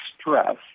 stress